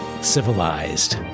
Civilized